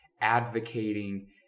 advocating